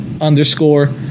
underscore